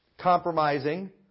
compromising